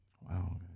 Wow